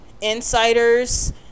insiders